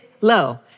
low